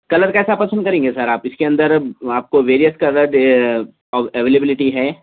طچہلہٖرظ colour کیسا پسند کریں گے سر آپ اِس کے اندر آپ کو ویریئس کلرڈ اویلیبلٹی ہے